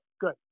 good